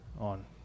on